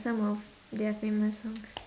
some of their famous songs